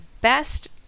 best